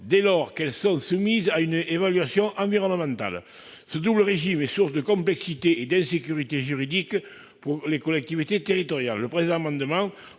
dès lors qu'elles sont soumises à une évaluation environnementale. Ce double régime est source de complexité et d'insécurité juridique pour les collectivités territoriales. Le présent amendement